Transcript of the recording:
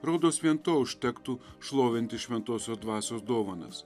rodos vien to užtektų šlovinti šventosios dvasios dovanas